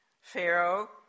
Pharaoh